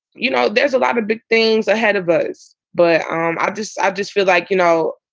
you know, there's a lot of big things ahead of us, but um i just i just feel like, you know,